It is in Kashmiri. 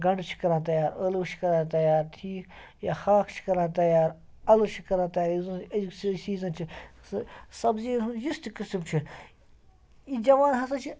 گَنٛڈٕ چھِ کران تیار ٲلوٕ چھِ کران تیار ٹھیٖک یا ہاکھ چھِ کران تیار اَلہٕ چھِ کران تیار یُس زَن أزیُک سُہ سیٖزَن چھِ سُہ سَبزِیَن ہُنٛد یُس تہِ قٕسٕم چھُ یہِ جَوان ہَسا چھِ